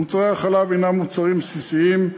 מוצרי החלב הנם מוצרים בסיסיים,